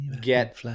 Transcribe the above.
get